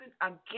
again